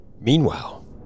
Meanwhile